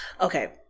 Okay